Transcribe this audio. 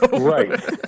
Right